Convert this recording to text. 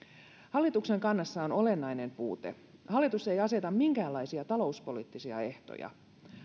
hallituksen kannassa on olennainen puute hallitus ei aseta minkäänlaisia talouspoliittisia ehtoja